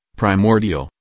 primordial